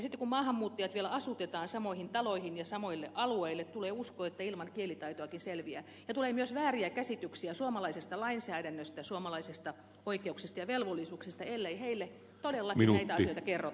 sitten kun maahanmuuttajat vielä asutetaan samoihin taloihin ja samoille alueille tulee usko että ilman kielitaitoakin selviää ja tulee myös vääriä käsityksiä suomalaisesta lainsäädännöstä suomalaisista oikeuksista ja velvollisuuksista ellei heille todella näitä asioita kerrota